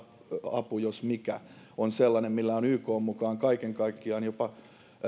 apu jos mikä on sellainen millä on ykn mukaan kaiken kaikkiaan jopa